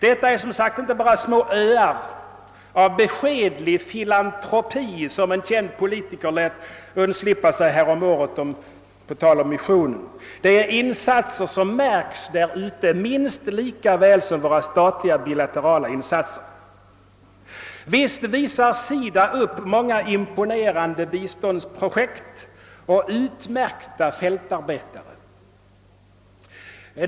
Detta är som sagt inte bara små öar av »beskedlig filantropi» som en känd politiker lät undslippa sig häromåret på tal om missionen. Det är insatser som märks där ute minst lika väl som våra statliga bilaterala insatser. Visst visar SIDA upp många imponerande biståndsprojekt och många utmärkta fältarbetare.